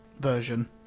version